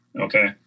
okay